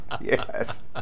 yes